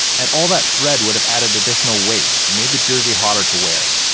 and all that thread would have added additional weight and made the jersey hotter to wear.